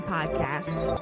Podcast